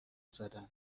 زدن